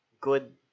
good